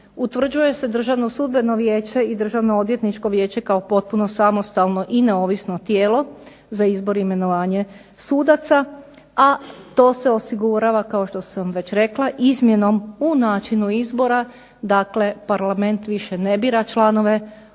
Utvrđuje se Državno sudbeno vijeće i Državno odvjetničko vijeće kao potpuno samostalno i neovisno tijelo za izbor i imenovanje sudaca, a to su osigurava kao što sam već rekla izmjenom u načinu izbora, dakle parlament više ne bira članove